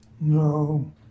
No